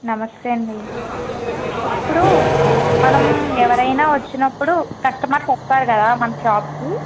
నమస్తే అండి ఇప్పుడు మనం ఎవరైనా వచ్చినప్పుడు కస్టమర్స్ వస్తారు కదా మన షాప్కి